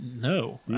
No